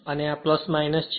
અને આ છે